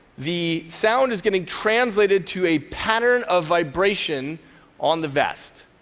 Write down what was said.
the sound is getting translated to a pattern of vibration on the vest.